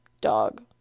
Dog